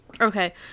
Okay